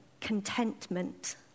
contentment